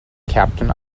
captain